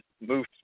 Move